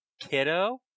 Kiddo